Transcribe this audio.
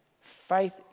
Faith